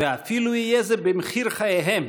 ואפילו יהיה זה במחיר חייהם,